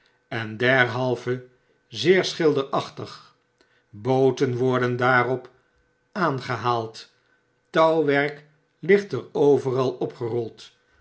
en derhalve zeer schilderachtig booten worden daarop aangehaald touwwerk ligt er overal opgerold